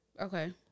Okay